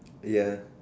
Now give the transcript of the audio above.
yes